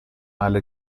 alle